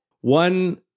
One